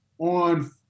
on